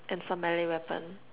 and some melee weapon